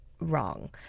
wrong